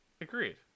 Agreed